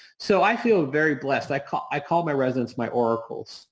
so, i feel very blessed. i call i call my residents, my oracles.